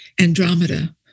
Andromeda